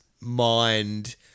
mind